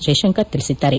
ಜೈಶಂಕರ್ ತಿಳಿಸಿದ್ದಾರೆ